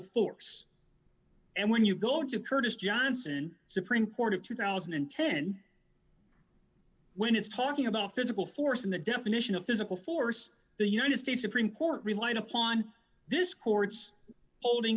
forks and when you go into curtis johnson supreme court of two thousand and ten when it's talking about physical force in the definition of physical force the united states supreme court relied upon this court's holding